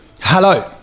Hello